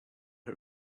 her